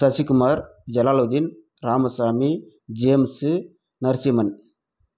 Sasikumar Jalaluddin Ramasamy James Narasimhan